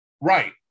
Right